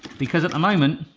because at the moment,